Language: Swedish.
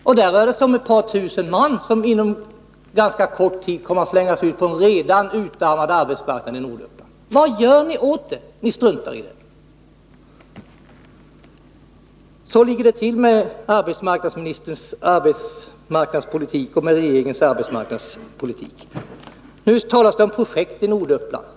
Och här rör det sig ändå om ett par tusen man som ganska snart kommer att slängas ut på en redan utarmad arbetsmarknad. Vad gör ni åt det? Ni struntar i det! Så ligger det till med arbetsmarknadsministerns och regeringens arbetsmarknadspolitik. Nu talas det om projekt i Norduppland.